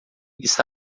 está